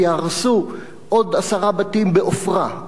ויהרסו עוד עשרה בתים בעופרה,